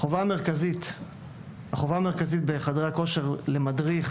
החובה המרכזית בחדרי הכושר למדריך,